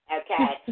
okay